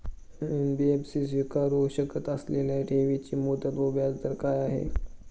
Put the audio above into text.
NBFC स्वीकारु शकत असलेल्या ठेवीची मुदत व व्याजदर काय आहे?